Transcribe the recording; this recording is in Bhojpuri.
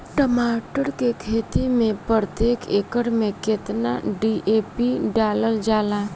टमाटर के खेती मे प्रतेक एकड़ में केतना डी.ए.पी डालल जाला?